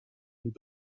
und